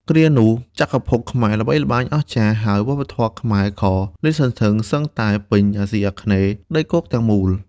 គ្រានោះ ចក្រភពខ្មែរល្បីល្បាញអស្ចារ្យ ហើយវប្បធម៌ខ្មែរក៏លាតសន្ធឹងសឹងតែពេញអាស៊ីអាគ្នេយ៍ដីគោកទាំងមូល។